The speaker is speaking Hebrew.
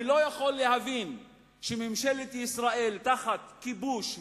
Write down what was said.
אני לא יכול להבין שממשלת ישראל תחת כיבוש,